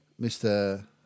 Mr